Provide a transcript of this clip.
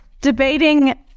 debating